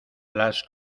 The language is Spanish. las